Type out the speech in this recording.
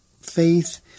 faith